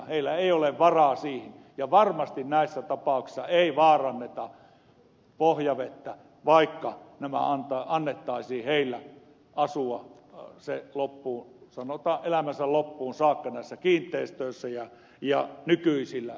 asukkailla ei ole varaa siihen ja varmasti näissä tapauksissa ei vaaranneta pohjavettä vaikka heidän annettaisiin asua elämänsä loppuun saakka näissä kiinteistöissä nykyisillä järjestelmillä